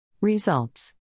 Results